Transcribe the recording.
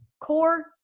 core